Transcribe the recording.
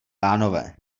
pánové